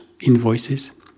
invoices